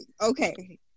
Okay